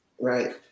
right